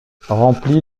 rempli